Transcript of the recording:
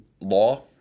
law